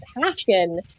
passion